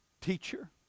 Teacher